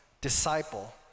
disciple